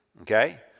Okay